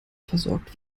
versorgt